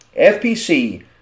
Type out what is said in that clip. fpc